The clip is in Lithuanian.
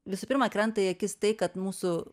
visų pirma krenta į akis tai kad mūsų